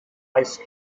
ice